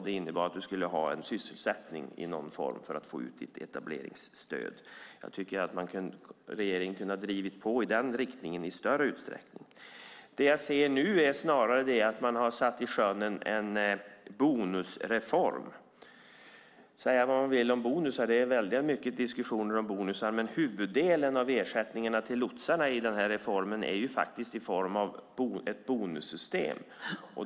Det innebar att man skulle ha en sysselsättning i någon form för att få ut sitt etableringsstöd. Jag tycker att regeringen kunde ha drivit på i den riktningen i större utsträckning. Det jag ser nu är snarare att man har sjösatt en bonusreform. Säga vad man vill om bonusar - det är väldigt mycket diskussioner om dem - men huvuddelen av ersättningarna till lotsarna i denna reform sker i form av ett bonussystem.